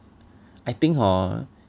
I think hor